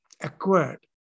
acquired